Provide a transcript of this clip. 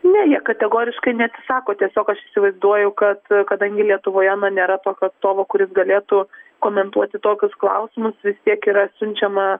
ne jie kategoriškai neatsisako tiesiog aš įsivaizduoju kad kadangi lietuvoje na nėra tokio atstovo kuris galėtų komentuoti tokius klausimus vis tiek yra siunčiama